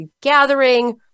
gathering